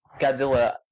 Godzilla